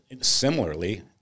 similarly